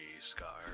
scar